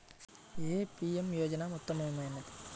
ఏ PM యోజన ఉత్తమమైనది?